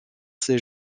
ses